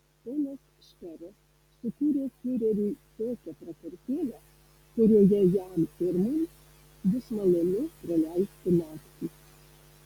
ponas šperas sukūrė fiureriui tokią prakartėlę kurioje jam ir mums bus malonu praleisti naktį